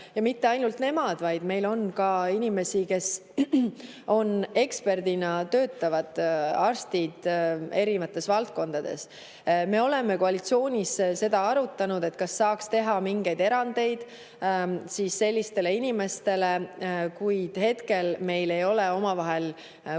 Ja mitte ainult nemad, vaid meil on ka inimesi, kes töötavad eksperdina, [näiteks] erinevate valdkondade arstid. Me oleme koalitsioonis seda arutanud, et kas saaks teha mingeid erandeid sellistele inimestele, kuid hetkel meil ei ole omavahel kokkulepet.